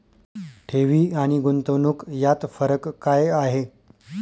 ठेवी आणि गुंतवणूक यात फरक काय आहे?